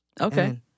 okay